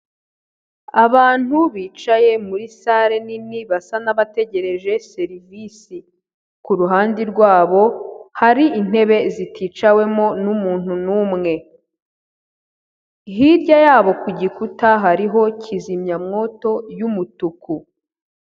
Abantu bicaye muri sare nini basa n'abategereje serivisi, ku ruhande rw'abo hari intebe ziticawemo n'umuntu n'umwe, hirya y'abo ku gikuta hariho kizimyamwoto y'umutuku.